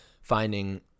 finding